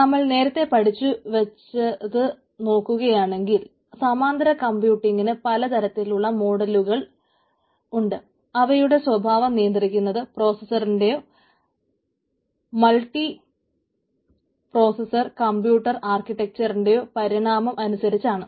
നമ്മൾ നേരത്തെ പഠിച്ചതു വച്ചു നോക്കുകയാണെങ്കിൽ സമാന്തര കംപ്യൂട്ടിങ്ങിന് പല തരത്തിൽ ഉള്ള മോഡലുകൾ ആണ്